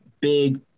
big